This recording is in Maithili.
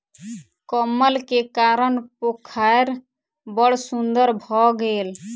कमल के कारण पोखैर बड़ सुन्दर भअ गेल